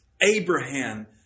Abraham